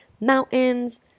mountains